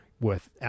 worth